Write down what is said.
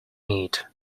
meat